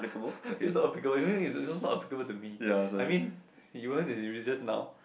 this not applicable this this this is also not applicable to me I mean you want to just now